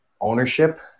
ownership